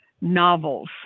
novels